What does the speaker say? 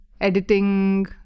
editing